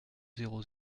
zéro